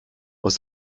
was